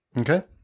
Okay